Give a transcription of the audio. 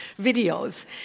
videos